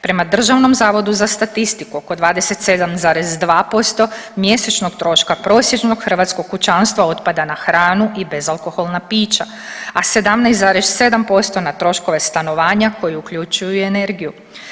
Prema Državnom zavodu za statistiku, oko 27,2% mjesečnog troška prosječnog hrvatskog kućanstva otpada na hranu i bezalkoholna pića, a 17,7% na troškove stanovanja koji uključuju i energiju.